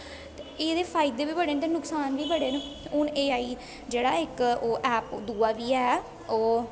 एह्दे फैदे बी बड़े न ते नुक्सान बी बड़े न हून ए आई जेह्डा ऐ इक ओह् ऐप दुआ बी ऐ ओह्